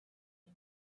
you